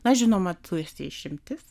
na žinoma tu esi išimtis